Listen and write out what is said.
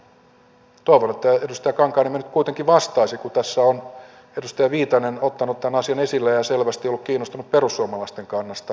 toivon että edustaja kankaanniemi nyt kuitenkin vastaisi kun tässä on edustaja viitanen ottanut tämän asian esille ja selvästi ollut kiinnostunut perussuomalaisten kannasta